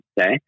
Okay